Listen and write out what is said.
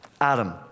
Adam